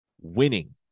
winning